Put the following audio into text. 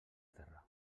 terra